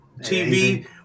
TV